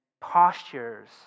postures